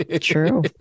true